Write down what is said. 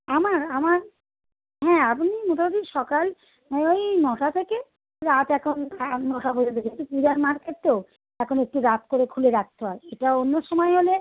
আমার আমার হ্যাঁ আপনি মোটামুটি সকাল ওই নটা থেকে রাত এখন আট নটা পর্যন্ত পূজার মার্কেট তো এখন একটু রাত করে খুলে রাখতে হয় এটা অন্য সময় হলে